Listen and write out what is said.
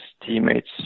teammates